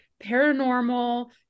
paranormal